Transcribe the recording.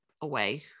away